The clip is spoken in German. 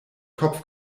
kopf